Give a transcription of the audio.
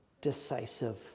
decisive